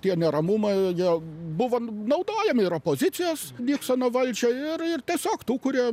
tie neramumai jie buvo naudojami ir opozicijos niksono valdžiai ir ir tiesiog tų kurie